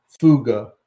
Fuga